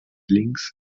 links